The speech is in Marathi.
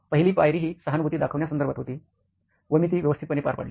पहिली पायरी ही सहानुभूती दाखवण्या संदर्भात होती होती व मी ती व्यवस्थितपणे पार पडली